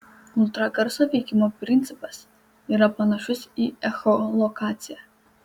ultragarso veikimo principas yra panašus į echolokaciją